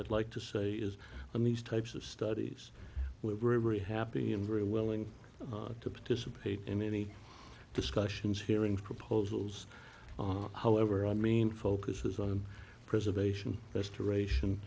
i'd like to say is on these types of studies we are very very happy and very willing to participate in any discussions here and proposals on however i mean focuses on preservation restoration